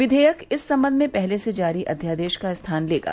विधेयक इस संबंध में पहले से जारी अध्यादेश का स्थान लेगा